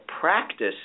practice